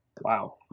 Wow